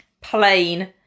plain